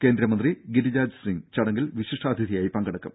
കേന്ദ്രമന്ത്രി ഗിരിരാജ് സിങ്ങ് ചടങ്ങിൽ വിശിഷ്ടാതിഥിയായി പങ്കെടുക്കും